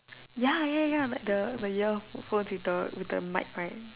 ya ya ya ya ya like the the earphones with the with the mic right